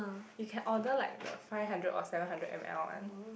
you can order like the five hundred or seven hundred m_l one